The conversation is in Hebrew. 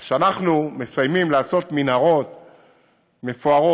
אז כשאנחנו מסיימים לעשות מנהרות מפוארות,